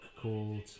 called